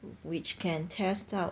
which can test out